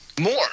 more